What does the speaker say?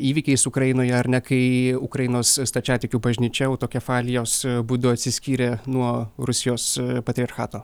įvykiais ukrainoje ar ne kai ukrainos stačiatikių bažnyčia autokefalijos būdu atsiskyrė nuo rusijos patriarchato